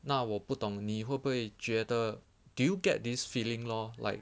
那我不懂你会不会觉得 do you get this feeling lor like